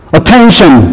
attention